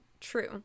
true